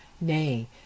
nay